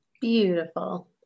Beautiful